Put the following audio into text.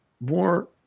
more